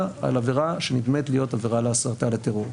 על עבירה שנדמית להיות עבירה על הסתה לטרור.